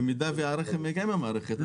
במידה שהרכב מגיע עם המערכת הזאת.